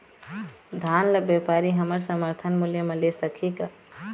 धान ला व्यापारी हमन समर्थन मूल्य म ले सकही का?